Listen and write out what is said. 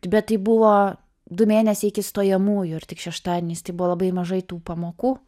bet tai buvo du mėnesiai iki stojamųjų ir tik šeštadieniais tai buvo labai mažai tų pamokų